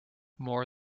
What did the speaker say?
more